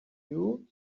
you